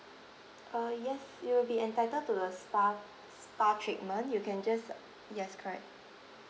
uh yes you will be entitled to a spa spa treatment you can just yes correct